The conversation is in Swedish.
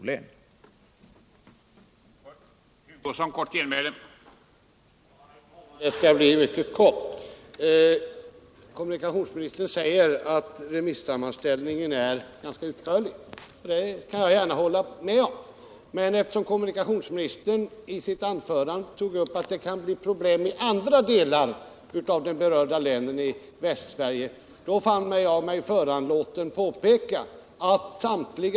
förbättra kollektiv